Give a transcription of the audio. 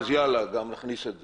אז יאללה נכניס גם את זה.